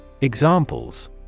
Examples